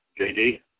JD